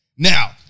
Now